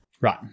Right